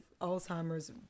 Alzheimer's